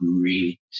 great